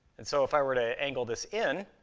and so, if i were to angle this in,